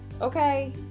Okay